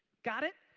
got it?